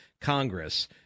congress